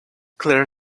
clear